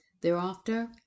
Thereafter